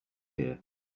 here